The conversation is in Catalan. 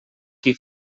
qui